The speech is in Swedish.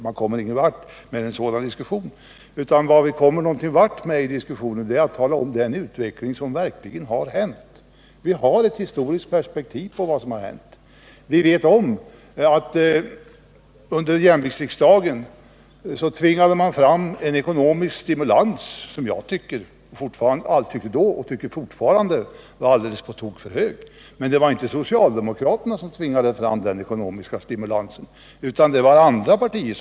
Med en sådan diskussion kommer man ingenvart. Vad som är väsentligt är att tala om den faktiska utvecklingen. Vi har ett historiskt perspektiv på vad som har hänt. Under jämviktsriksdagens tid tvingade man fram en ekonomisk stimulans som var alldeles för stor. Det tyckte jag då, och det tycker jag fortfarande. Men det var inte socialdemokraterna som tvingade fram den ekonomiska stimulansen utan andra partier.